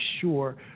sure